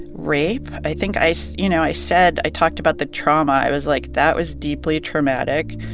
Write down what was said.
rape. i think i so you know, i said i talked about the trauma. i was like, that was deeply traumatic.